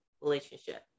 relationship